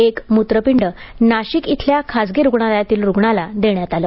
एक मूत्रपिंड नाशिक इथल्या खासगी रुग्णालयातील रुग्णाला देण्यात आलं